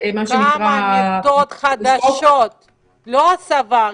כמה מיטות החדשות לא הסבה,